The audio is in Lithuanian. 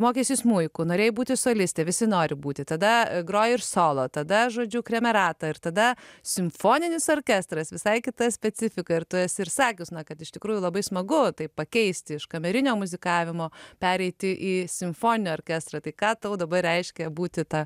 mokeisi smuiku norėjai būti solistė visi nori būti tada grojai ir solo tada žodžiu kremerata ir tada simfoninis orkestras visai kita specifika ir tu esi ir sakius na kad iš tikrųjų labai smagu taip pakeisti iš kamerinio muzikavimo pereiti į simfoninį orkestrą tai ką tau dabar reiškia būti ta